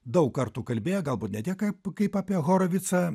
daug kartų kalbėję galbūt ne tiek kaip kaip apie horovicą